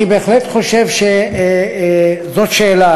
אני בהחלט חושב שזו שאלה.